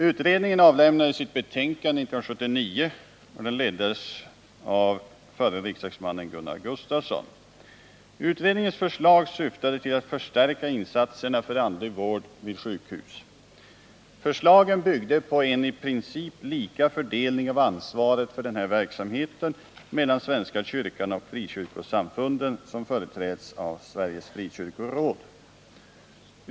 Utredningen, som avlämnade sitt betänkande i januari 1979, leddes av förre riksdagsmannen Gunnar Gustafsson. 197 Utredningens förslag syftade till att förstärka insatserna för andlig vård vid sjukhus. Förslagen byggde på en i princip lika fördelning av ansvaret för denna verksamhet mellan svenska kyrkan och frikyrkosamfunden, företrädda av Sveriges frikyrkoråd.